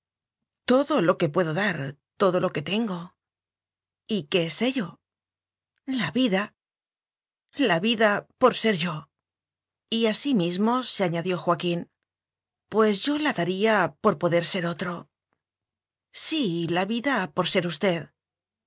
todo lo que puedo dar todo lo que tengo y qué es ello la vida la vida por ser yo y a sí mismo se añadió joaquín pues yo la daría por poder ser otro sí la vida por ser usted